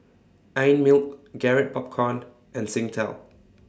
Einmilk Garrett Popcorn and Singtel